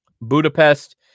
Budapest